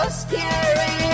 scary